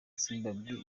zimbabwe